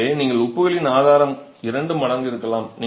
எனவே நீங்கள் உப்புகளின் ஆதாரம் இரண்டு மடங்கு இருக்கலாம்